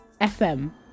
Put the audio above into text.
FM